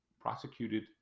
prosecuted